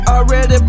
Already